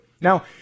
now